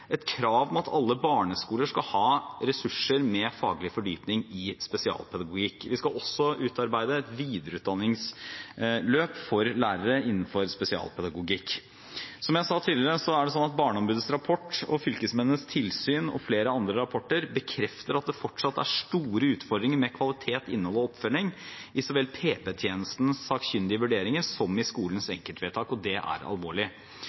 et krav om at alle barneskoler skal ha ressurser med faglig fordypning i spesialpedagogikk. Vi skal også utarbeide et videreutdanningsløp for lærere innenfor spesialpedagogikk. Som jeg sa tidligere, er det sånn at Barneombudets rapport, fylkesmennenes tilsyn og flere andre rapporter bekrefter at det fortsatt er store utfordringer med kvalitet, innhold og oppfølging i så vel PP-tjenestens sakkyndige vurderinger som i skolens enkeltvedtak, og det er alvorlig.